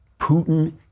Putin